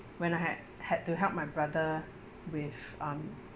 when I had had to help my brother with um